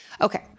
Okay